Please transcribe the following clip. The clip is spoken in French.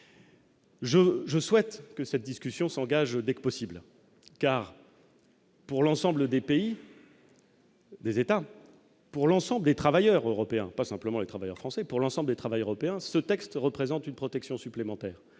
je souhaite que cette discussion s'engage dès que possible car. Pour l'ensemble des pays. Des États pour l'ensemble des travailleurs européens, pas simplement les travailleurs français pour l'ensemble des travailleurs européens, ce texte représente une protection supplémentaire